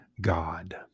God